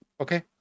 okay